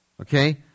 okay